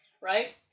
Right